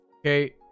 Okay